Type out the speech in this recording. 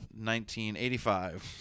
1985